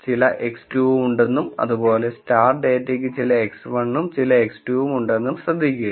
ചില x2 ഉം ഉണ്ടെന്നും അതുപോലെ സ്റ്റാർഡ് ഡാറ്റയ്ക്ക് ചില x1 ഉം ചില x2 ഉം ഉണ്ടെന്നും ശ്രദ്ധിക്കുക